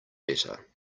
better